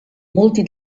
molti